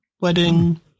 wedding